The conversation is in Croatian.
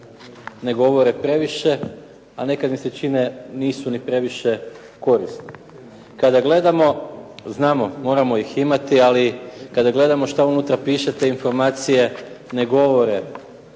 ne govore previše, a nekada mi se čini da nisu ni previše korisna. Kada gledamo, znamo moramo ih imati, ali kada gledamo što unutra piše te informacije ne govore